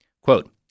Quote